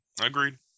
agreed